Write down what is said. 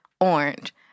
orange